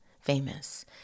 famous